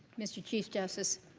mr. chief justice